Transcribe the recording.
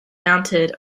mounted